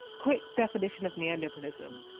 quick definition of neoliberalism.